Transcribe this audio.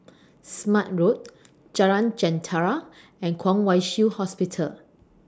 Smart Road Jalan Jentera and Kwong Wai Shiu Hospital